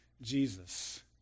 Jesus